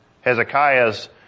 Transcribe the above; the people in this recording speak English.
Hezekiah's